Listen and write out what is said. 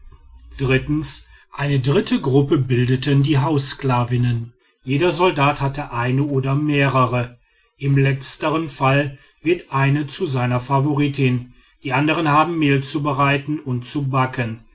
eine dritte gruppe bildeten die haussklavinnen jeder soldat hatte eine oder mehrere im letztern fall wird eine zu seiner favoritin die andern haben mehl zu bereiten und zu backen